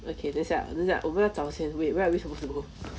okay 等一下等一下我们要找先 where are we supposed to go